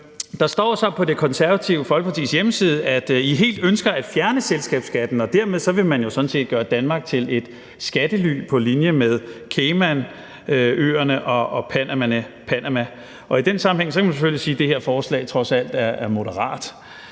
Der står så på Det Konservative Folkepartis hjemmeside, at I helt ønsker at fjerne selskabsskatten, og dermed vil man jo sådan set gøre Danmark til et skattely på linje med Caymanøerne og Panama. Og i den sammenhæng kan man selvfølgelig sige, at det her forslag trods alt er moderat.